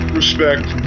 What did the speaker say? Respect